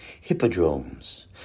hippodromes